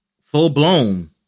full-blown